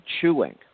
chewing